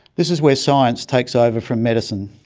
this is where science takes over from medicine.